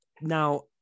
now